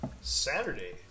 Saturday